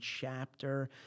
chapter